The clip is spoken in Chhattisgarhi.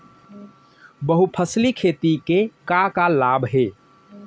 बहुफसली खेती के का का लाभ हे?